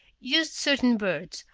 used certain birds,